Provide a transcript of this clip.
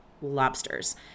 lobsters